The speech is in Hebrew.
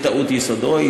בטעות יסודו.